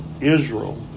Israel